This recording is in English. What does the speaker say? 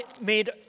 made